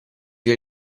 che